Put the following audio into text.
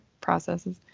processes